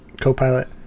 co-pilot